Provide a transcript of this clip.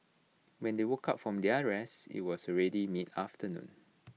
when they woke up from their rest IT was already mid afternoon